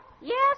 Yes